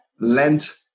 lent